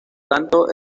tanto